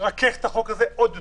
ומרכך את החוק הזה עוד יותר.